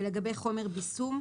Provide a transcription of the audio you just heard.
ולגבי חומר בישום,